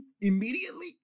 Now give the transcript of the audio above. immediately